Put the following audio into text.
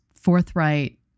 forthright